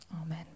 Amen